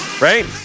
right